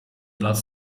blad